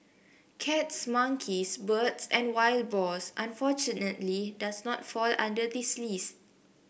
cats monkeys birds and wild boars unfortunately does not fall under this list